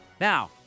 Now